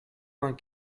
vingt